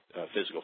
physical